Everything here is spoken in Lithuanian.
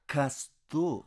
kas tu